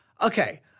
Okay